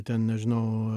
ten nežinau